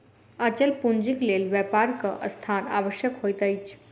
अचल पूंजीक लेल व्यापारक स्थान आवश्यक होइत अछि